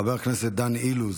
חבר הכנסת דן אילוז,